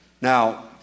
Now